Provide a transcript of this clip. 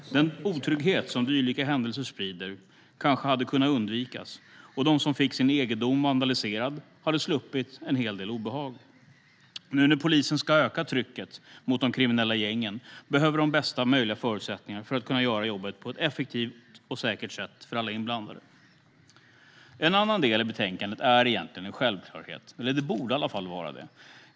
Den otrygghet som dylika händelser sprider hade kanske kunnat undvikas, och de som fick sin egendom vandaliserad hade sluppit en hel del obehag. Nu när polisen ska öka trycket mot de kriminella gängen behöver man bästa möjliga förutsättningar för att kunna göra jobbet på ett effektivt och säkert sätt för alla inblandade. En annan del i betänkandet är egentligen en självklarhet. Det borde i alla fall vara det.